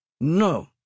No